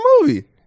movie